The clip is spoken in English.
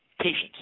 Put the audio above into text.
patience